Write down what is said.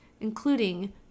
including